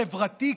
חברתי,